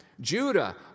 Judah